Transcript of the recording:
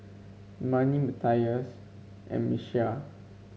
Marni Matias and Miesha